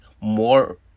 more